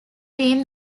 team